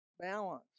Balance